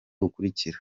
bukurikira